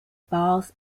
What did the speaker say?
balls